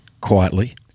quietly